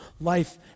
life